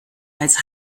als